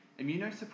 immunosuppression